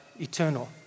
eternal